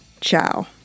Ciao